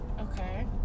Okay